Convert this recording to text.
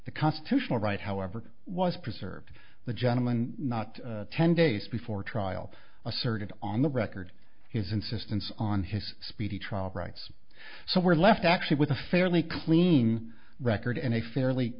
the constitutional right however was preserved the gentleman not ten days before trial asserted on the record his insistence on his speedy trial rights so we're left actually with a fairly clean record and a fairly